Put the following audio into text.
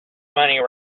money